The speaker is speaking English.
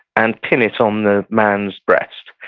and pin it on the man's breast.